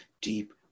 deep